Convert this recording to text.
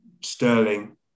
sterling